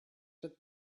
that